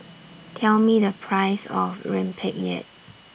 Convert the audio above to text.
Tell Me The Price of Rempeyek